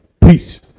peace